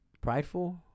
prideful